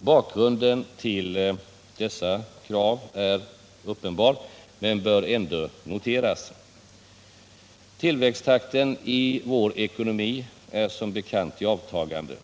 Bakgrunden till dessa krav är uppenbar men bör ändå noteras. Tillväxttakten i vår ekonomi är som bekant i avtagande.